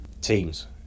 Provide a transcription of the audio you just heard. teams